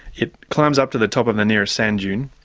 it climbs up to the top of the nearest sand dune,